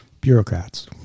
bureaucrats